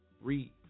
read